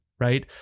right